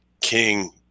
king